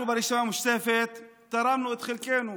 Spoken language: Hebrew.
אנחנו ברשימה המשותפת תרמנו את חלקנו: